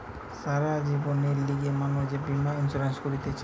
সারা জীবনের লিগে মানুষ যে বীমা ইন্সুরেন্স করতিছে